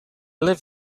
live